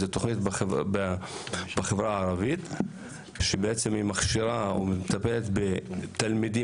זו תוכנית בחברה הערבית שבעצם היא מכשירה או מטפלת בתלמידים,